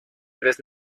tres